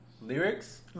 Lyrics